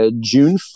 June